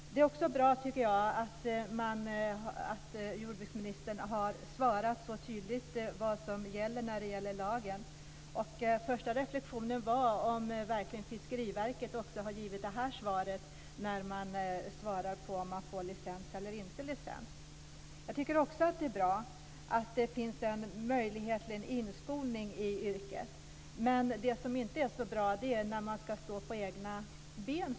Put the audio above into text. Jag tycker också att det är bra att jordbruksministern har svarat så tydligt om vad som gäller enligt lagen. Min första reflexion är om Fiskeriverket verkligen också har givit det här beskedet när det har besvarat ansökningar om att få licens. Jag tycker också att det är bra att det finns en möjlighet till inskolning i yrket. Det som inte är så bra är villkoren när man ska stå på egna ben.